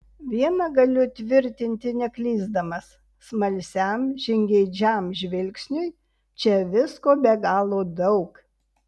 viena galiu tvirtinti neklysdamas smalsiam žingeidžiam žvilgsniui čia visko be galo daug